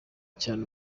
cyane